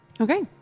Okay